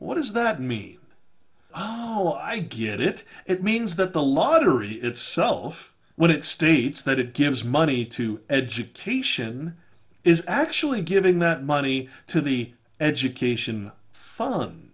what does that mean ah oh i get it it means that the lottery itself when it states that it gives money to education is actually giving that money to the education fun